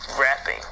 rapping